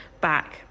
back